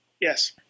Yes